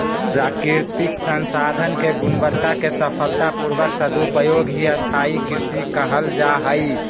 प्राकृतिक संसाधन के गुणवत्ता के सफलता पूर्वक सदुपयोग ही स्थाई कृषि कहल जा हई